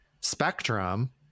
spectrum